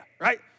right